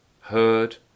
heard